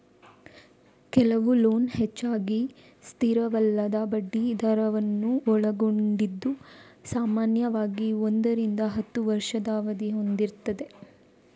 ಕೆಲವು ಲೋನ್ ಹೆಚ್ಚಾಗಿ ಸ್ಥಿರವಲ್ಲದ ಬಡ್ಡಿ ದರವನ್ನ ಒಳಗೊಂಡಿದ್ದು ಸಾಮಾನ್ಯವಾಗಿ ಒಂದರಿಂದ ಹತ್ತು ವರ್ಷದ ಅವಧಿ ಹೊಂದಿರ್ತದೆ